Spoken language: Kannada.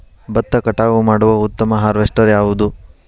ಭತ್ತ ಕಟಾವು ಮಾಡುವ ಉತ್ತಮ ಹಾರ್ವೇಸ್ಟರ್ ಯಾವುದು?